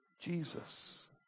Jesus